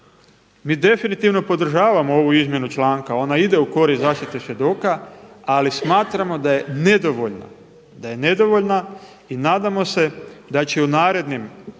mi definitivno podržavamo ovu izmjenu članka ona ide u korist zaštite svjedoka, ali smatramo da je nedovoljna i nadamo se da će u narednim